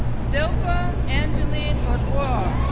zilpa angeline oduor,